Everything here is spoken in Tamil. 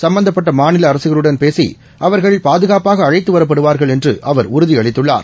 சம்பந்தப்பட்டமாநிலஅரசுகளுடன் பேசிஅவர்கள் பாதுகாப்பாகஅழைத்துவரப்படுவார்கள் என்றுஅவர் உறுதிஅளித்துள்ளார்